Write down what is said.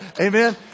Amen